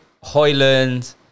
Hoyland